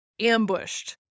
ambushed